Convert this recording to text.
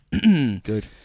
good